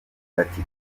ati